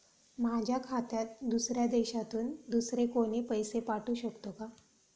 माझ्या खात्यात दुसऱ्या देशातून दुसरे कोणी पैसे पाठवू शकतो का?